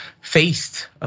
faced